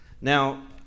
Now